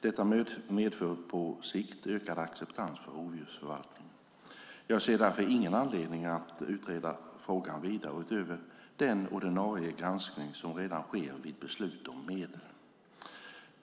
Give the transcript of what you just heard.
Detta medför på sikt ökad acceptans för rovdjursförvaltningen. Jag ser därför ingen anledning att utreda frågan vidare, utöver den ordinarie granskning som redan sker vid beslut om medel.